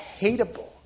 hateable